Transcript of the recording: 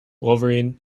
wolverine